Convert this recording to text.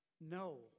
No